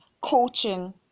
coaching